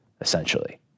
essentially